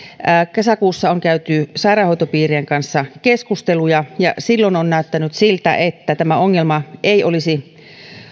kesäkuussa on käyty sairaanhoitopiirien kanssa keskusteluja ja silloin on näyttänyt siltä että tämä ongelma ei olisi